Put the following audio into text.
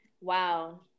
Wow